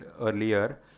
earlier